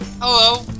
Hello